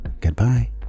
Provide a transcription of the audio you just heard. goodbye